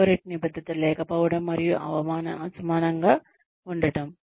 corporate నిబద్ధత లేకపోవడం మరియు అసమానంగా ఉండటం